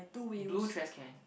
blue trashcan